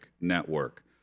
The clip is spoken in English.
network